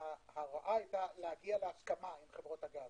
הרעה היתה להגיע להסכמה עם חברות הגז.